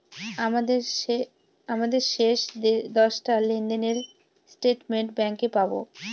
আমাদের শেষ দশটা লেনদেনের স্টেটমেন্ট ব্যাঙ্কে পাবো